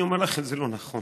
אני אומר לכם: זה לא נכון.